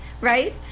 right